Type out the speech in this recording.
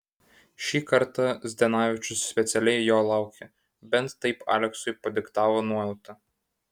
šį kartą zdanavičius specialiai jo laukė bent taip aleksui padiktavo nuojauta